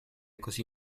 così